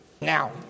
Now